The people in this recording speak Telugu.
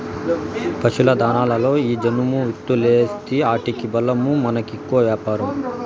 పశుల దాణాలలో ఈ జనుము విత్తూలేస్తీ ఆటికి బలమూ మనకి ఎక్కువ వ్యాపారం